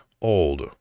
old